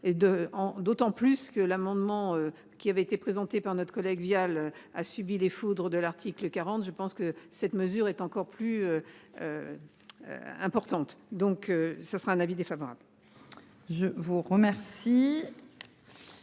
D'autant plus que l'amendement qui avait été présenté par notre collègue Vial a subi les foudres de l'article 40, je pense que cette mesure est encore plus. Importante, donc ce sera un avis défavorable. Je vous remercie.